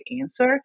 answer